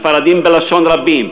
ספרדים בלשון רבים,